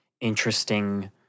interesting